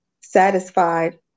satisfied